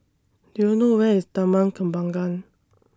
Do YOU know Where IS Taman Kembangan